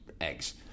eggs